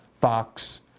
Fox